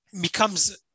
becomes